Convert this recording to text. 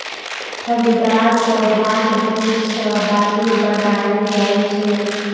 फलीदार पौधाक बीज सं दालि बनाएल जाइ छै